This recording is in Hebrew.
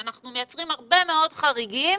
שאנחנו מייצרים הרבה מאוד חריגים